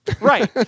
Right